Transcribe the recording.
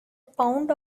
pound